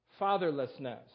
Fatherlessness